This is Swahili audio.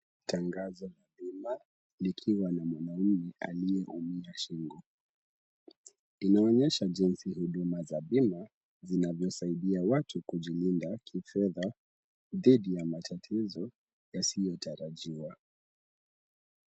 Tangazo la bima likiwa na mwanaume aliyeumia shingo. Linaonyesha jinsi huduma za bima zinavyosaidia watu kujimudu kifedha dhidi ya matatizo yasiyotarajiwa.